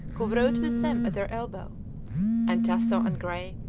who wrote with them at their elbow and tasso and gray,